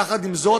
יחד עם זאת,